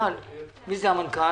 מי זה המנכ"ל?